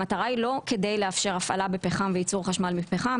המטרה היא לא כדי לאפשר הפעלה בפחם ויצור חשמל מפחם,